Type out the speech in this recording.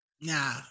nah